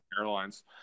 Airlines